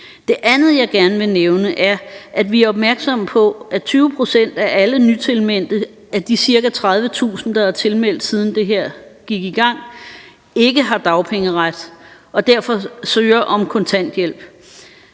det andet vil jeg gerne nævne, at vi er opmærksomme på, at 20 pct. af alle nytilmeldte af de ca. 30.000, der er tilmeldt, siden det her gik i gang, ikke har dagpengeret og derfor søger om kontanthjælp.